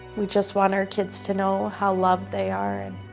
we just want our kids to know how loved they are.